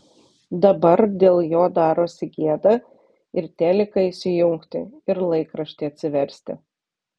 dabar dėl jo darosi gėda ir teliką įsijungti ir laikraštį atsiversti